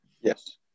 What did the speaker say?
Yes